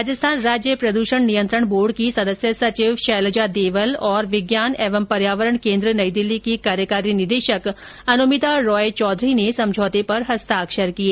राजस्थान राज्य प्रदूषण नियंत्रण बोर्ड की सदस्य सचिव शैलजा देवल और विज्ञान एवं पर्यावरण केंद्र नई दिल्ली की कार्यकारी निदेशक अनुमिता रॉय चौघरी ने समझौते पर हस्ताक्षर किए